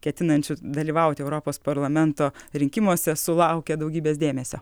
ketinančiu dalyvauti europos parlamento rinkimuose sulaukė daugybės dėmesio